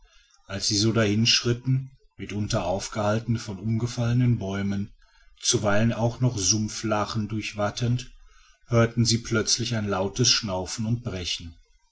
als sie so dahin schritten mitunter aufgehalten von umgefallenen bäumen zuweilen auch noch sumpflachen durchwatend hörten sie plötzlich ein lautes schnaufen und brechen